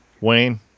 Wayne